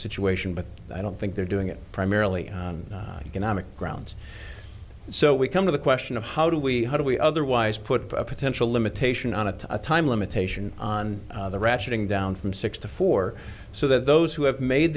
situation but i don't think they're doing it primarily on economic grounds so we come to the question of how do we how do we otherwise put a potential limitation on a time limitation on the ratcheting down from six to four so that those who have made